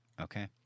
Okay